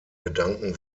gedanken